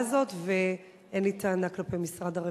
הזאת ואין לי טענה כלפי משרד הרווחה.